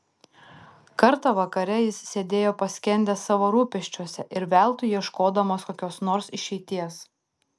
kartą vakare jis sėdėjo paskendęs savo rūpesčiuose ir veltui ieškodamas kokios nors išeities